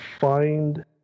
find